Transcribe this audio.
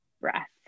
breath